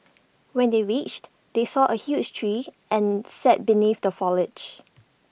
when they reached they saw A huge tree and sat beneath the foliage